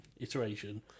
iteration